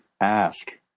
ask